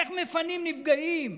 איך מפנים נפגעים,